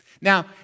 Now